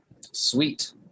sweet